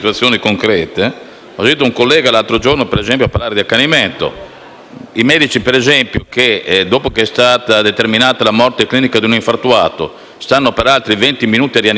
i medici, dopo che è stata determinata la morte clinica di un infartuato, tentano per altri venti minuti di rianimarlo e molte volte, dopo venti minuti, mezz'ora, riescono a rianimarlo